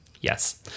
yes